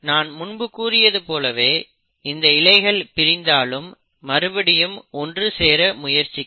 நான் முன்பு கூறியது போலவே இந்த இழைகள் பிரிந்தாலும் மறுபடியும் ஒன்று சேர முயற்சிக்கும்